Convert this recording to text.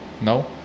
No